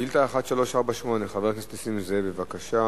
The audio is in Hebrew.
שאילתא 1348, חבר הכנסת נסים זאב, בבקשה,